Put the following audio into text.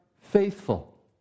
faithful